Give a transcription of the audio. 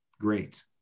great